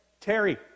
Terry